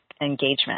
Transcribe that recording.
engagement